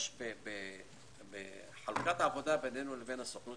יש בחלוקת העבודה בינינו לבין הסוכנות